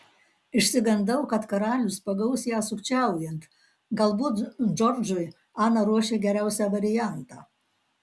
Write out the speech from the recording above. išsigandau kad karalius pagaus ją sukčiaujant galbūt džordžui ana ruošė geriausią variantą